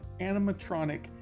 animatronic